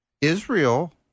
Israel